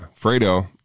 Fredo